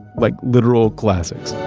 like literal classics.